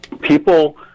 people